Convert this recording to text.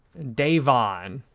dayvon?